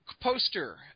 poster